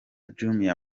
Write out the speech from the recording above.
jumia